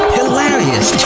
Hilarious